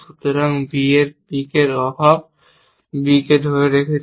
সুতরাং B এর peak এর প্রভাব B কে ধরে রাখছে